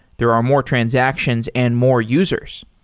there are more transactions and more users.